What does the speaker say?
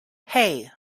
hey